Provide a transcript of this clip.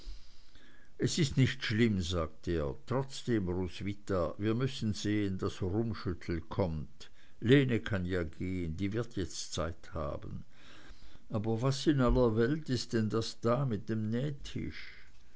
es ist nicht schlimm sagte er trotzdem roswitha wir müssen sehen daß rummschüttel kommt lene kann ja gehen die wird jetzt zeit haben aber was in aller welt ist denn das da mit dem nähtisch